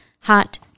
hot